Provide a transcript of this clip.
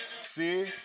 See